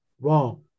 wrong